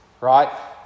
right